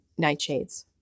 nightshades